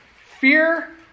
fear